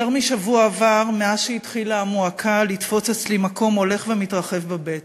יותר משבוע עבר מאז התחילה המועקה לתפוס אצלי מקום הולך ומתרחב בבטן.